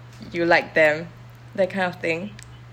you like them that kind of thing